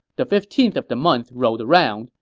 the fifteenth of the month rolled around,